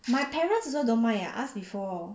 my parents also don't mind I ask before